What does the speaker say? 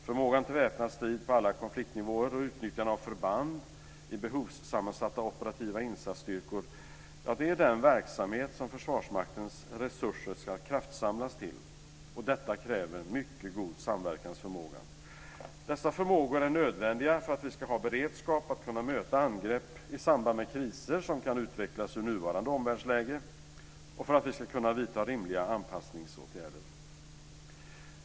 Förmågan till väpnad strid på alla konfliktnivåer och utnyttjande av förband i behovssammansatta operativa insatsstyrkor är den verksamhet som Försvarsmaktens resurser ska kraftsamlas till. Detta kräver mycket god samverkansförmåga. Dessa förmågor är nödvändiga för att vi ska ha beredskap att kunna möta angrepp i samband med kriser som kan utvecklas ur nuvarande omvärldsläge och för att vi ska kunna vidta rimliga anpassningsåtgärder.